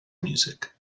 music